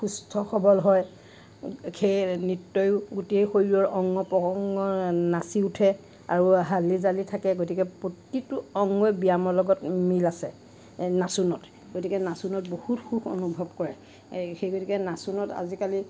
সুস্থ সবল হয় সেই নৃত্যইও গোটেই শৰীৰৰ অংগ প্ৰত্যংগ নাচি উঠে আৰু হালি জালি থাকে গতিকে প্ৰতিটো অংগই ব্যায়ামৰ লগত মিল আছে নাচোনত গতিকে নাচোনত বহুত সুখ অনুভৱ কৰে এই সেই গতিকে নাচোনত আজিকালি